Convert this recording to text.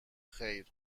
خیر